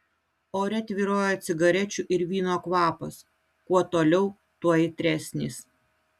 ore tvyrojo cigarečių ir vyno kvapas kuo toliau tuo aitresnis